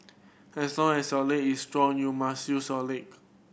as long as your leg is strong you must use your leg